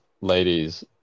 ladies